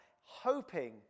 hoping